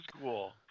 cool